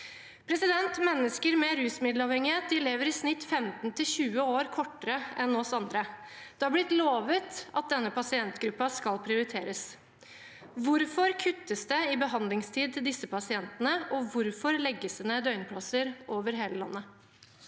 penger. Mennesker med rusmiddelavhengighet lever i snitt 15–20 år kortere enn oss andre. Det har blitt lovet at denne pasientgruppen skal prioriteres. Hvorfor kuttes det i behandlingstid til disse pasientene, og hvorfor legges det ned døgnplasser over hele landet?